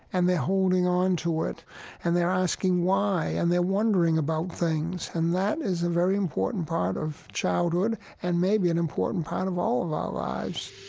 and they're holding on to it and they're asking why and they're wondering about things. and that is a very important part of childhood and maybe an important part of all of our lives